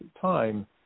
time